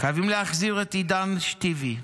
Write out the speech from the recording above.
חייבים להחזיר את עידן שתיוי,